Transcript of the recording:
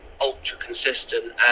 ultra-consistent